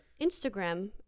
Instagram